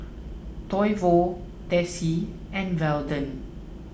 Toivo Desi and Weldon